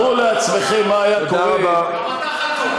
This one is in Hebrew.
גם אתה חתום.